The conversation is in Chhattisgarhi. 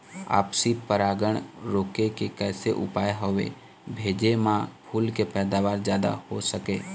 आपसी परागण रोके के कैसे उपाय हवे भेजे मा फूल के पैदावार जादा हों सके?